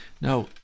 Now